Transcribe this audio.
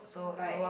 like